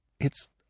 It's